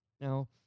Now